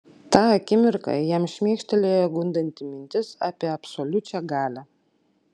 tą akimirką jam šmėkštelėjo gundanti mintis apie absoliučią galią